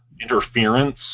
interference